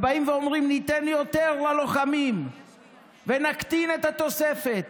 באים ואומרים: ניתן יותר ללוחמים ונקטין את התוספת,